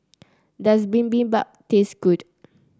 does Bibimbap taste good